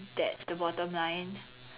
that's the bottom line